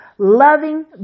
Loving